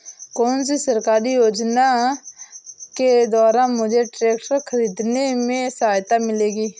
कौनसी सरकारी योजना के द्वारा मुझे ट्रैक्टर खरीदने में सहायता मिलेगी?